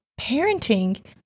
parenting